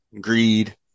greed